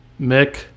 Mick